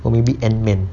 or maybe ant man